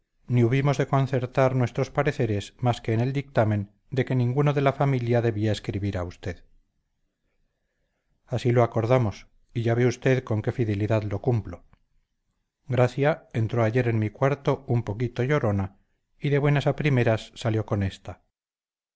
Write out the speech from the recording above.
ni hubimos de concertar nuestros pareceres más que en el dictamen de que ninguno de la familia debía escribir a usted así lo acordamos y ya ve usted con qué fidelidad lo cumplo gracia entró ayer en mi cuarto un poquito llorona y de buenas a primeras salió con esta